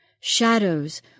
Shadows